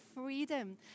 Freedom